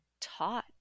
taught